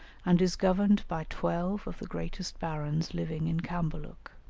and is governed by twelve of the greatest barons living in cambaluc